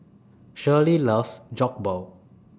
Shirlie loves Jokbal